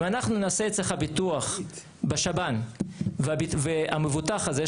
אם אנחנו נעשה אצלך ביטוח בשב"ן והמבוטח הזה,